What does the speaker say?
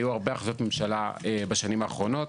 היו הרבה החלטות ממשלה בשנים האחרונות